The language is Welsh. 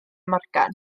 morgan